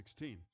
16